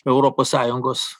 europos sąjungos